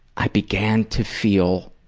i began to feel